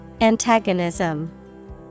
Antagonism